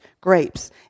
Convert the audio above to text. grapes